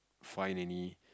find any